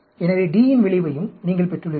எனவே D யின் விளைவையும் நீங்கள் பெற்றுள்ளீர்கள்